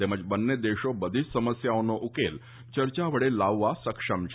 તેમજ બંને દેશો બધી જ સમસ્યાઓનો ઉકેલ ચર્ચા વડે લાવવા સક્ષમ છે